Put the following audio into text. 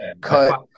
cut